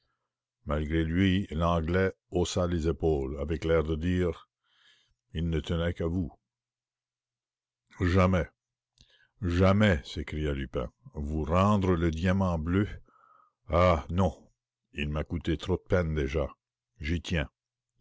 malgré lui l'anglais haussa les épaules avec l'air de dire il ne tenait qu'à vous jamais jamais s'écria lupin le diamant bleu ah non il m'a coûté trop de peine déjà j'y tiens